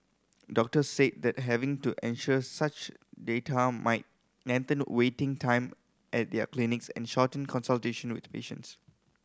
doctors said that having to such data might lengthen waiting time at their clinics and shorten consultation with patients